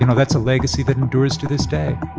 you know that's a legacy that endures to this day